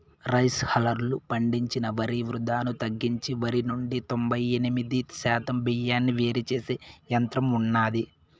rice హల్లర్లు పండించిన వరి వృధాను తగ్గించి వరి నుండి తొంబై ఎనిమిది శాతం బియ్యాన్ని వేరు చేసే యంత్రం ఉన్నాది